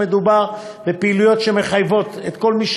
מדובר בפעילויות שמחייבות את כל מי